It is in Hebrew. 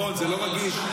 נכון, זה לא רגיש.